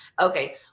Okay